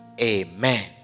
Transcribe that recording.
Amen